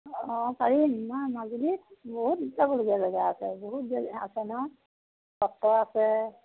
অঁ পাৰি মাজুলীত বহুত চাবলগীয়া জেগা আছে বহুত আছে নহয় সত্ৰ আছে